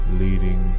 leading